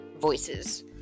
voices